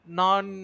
non